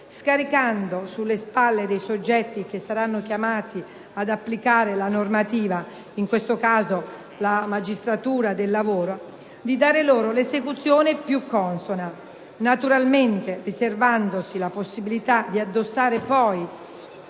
scaricando sulle spalle dei soggetti che saranno chiamati ad applicare la normativa - in questo caso la magistratura del lavoro - l'onere di dare loro l'esecuzione più consona, naturalmente riservandosi la possibilità di addossare poi